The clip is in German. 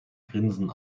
grinsen